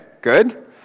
good